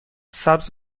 سبز